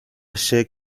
się